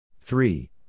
three